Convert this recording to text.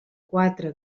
quatre